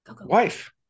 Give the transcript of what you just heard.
wife